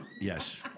Yes